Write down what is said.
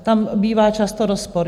Tam bývá často rozpor.